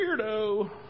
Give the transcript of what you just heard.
Weirdo